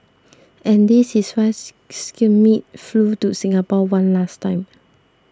and this is why Schmidt flew to Singapore one last time